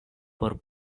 por